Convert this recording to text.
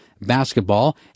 basketball